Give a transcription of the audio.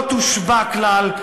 לא תושבע כלל,